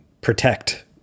protect